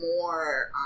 more